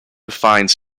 finds